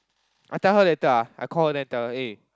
I tell her later ah I call her then I tell her eh